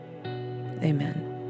amen